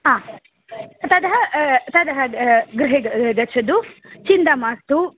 हा ततः ततः गृहे गच्छतु चिन्ता मास्तु